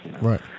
Right